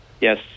Yes